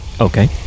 Okay